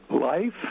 life